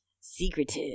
Secretive